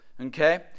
Okay